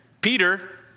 Peter